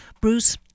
Bruce